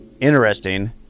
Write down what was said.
interesting